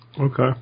Okay